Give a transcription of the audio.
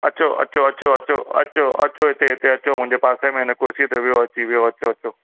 अचो अचो अचो अचो अचो अचो हिते हिते अचो मुंहिंजे पासे में हिन कुर्सीअ ते विहो अची विहो अचो अचो